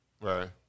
Right